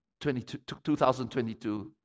2022